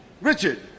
Richard